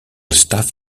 staff